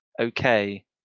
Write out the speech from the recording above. okay